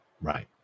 Right